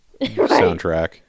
soundtrack